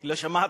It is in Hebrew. לא שמעתי.